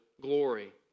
glory